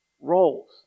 roles